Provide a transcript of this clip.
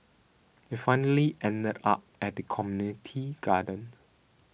it finally ended up at the community garden